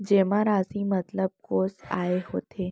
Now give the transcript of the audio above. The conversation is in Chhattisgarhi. जेमा राशि मतलब कोस आय होथे?